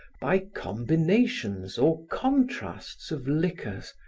by combinations or contrasts of liquors,